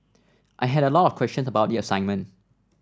I had a lot of questions about the assignment